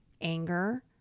anger